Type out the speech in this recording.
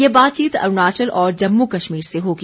ये बातचीत अरुणाचल और जम्मू कश्मीर से होगी